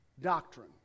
doctrine